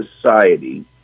society